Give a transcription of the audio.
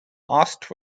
asked